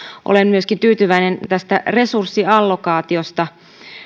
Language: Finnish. olen myöskin tyytyväinen tästä resurssiallokaatiosta